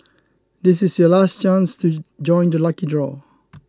this is your last chance to join the lucky draw